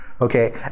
okay